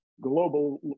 Global